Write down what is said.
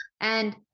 And-